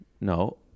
no